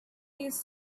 used